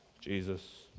Jesus